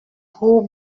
gros